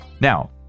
now